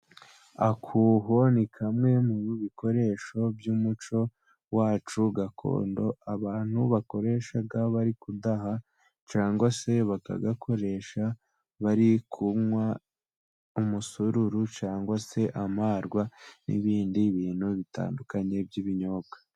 Akuho ni kamwe mu bikoresho by'umuco wacu gakondo abantu bakoresha bari kudaha cyangwa se bakagakoresha bari kunywa umusururu cyangwa se amarwa n'ibindi bintu bitandukanye by'ibinyobwa.